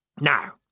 Now